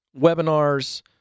Webinars